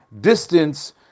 distance